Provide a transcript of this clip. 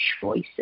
choices